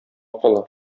кала